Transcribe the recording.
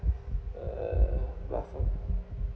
uh law firm